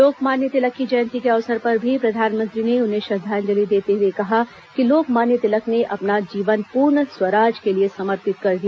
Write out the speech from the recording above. लोकमान्य तिलक की जयंती के अवसर पर भी प्रधानमंत्री ने उन्हें श्रद्वांजलि देते हुए कहा कि लोकमान्य तिलक ने अपना जीवन पूर्ण स्वराज के लिए समर्पित कर दिया